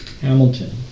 Hamilton